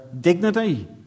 dignity